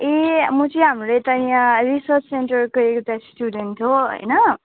ए म चाहिँ हाम्रो यता यहाँ रिसर्च सेन्टरको एउटा स्टुडेन्ट हो होइन